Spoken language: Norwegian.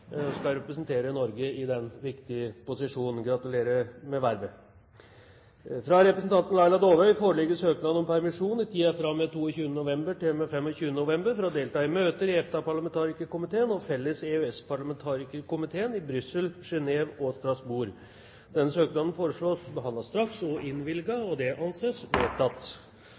skal representere Norge i den viktige posisjonen. Gratulerer med vervet! Fra representanten Laila Dåvøy foreligger søknad om permisjon i tiden fra og med 22. november til og med 25. november for å delta i møter i EFTA-parlamentarikerkomiteen og den felles EØS-parlamentarikerkomiteen i Brussel, Genève og Strasbourg. Etter forslag fra presidenten ble enstemmig besluttet: Søknaden behandles straks og